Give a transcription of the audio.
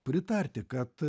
pritarti kad